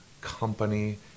company